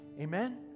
Amen